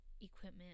Equipment